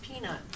Peanut